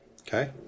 Okay